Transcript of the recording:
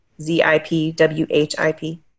Z-I-P-W-H-I-P